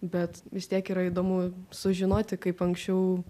bet vis tiek yra įdomu sužinoti kaip anksčiau